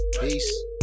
peace